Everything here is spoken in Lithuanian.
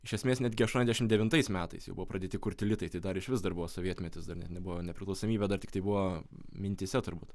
iš esmės netgi aštuoniasdešim devintais metais jau buvo pradėti kurti litai dar išvis dar buvo sovietmetis dar net nebuvo nepriklausomybė dar tiktai buvo mintyse turbūt